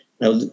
Now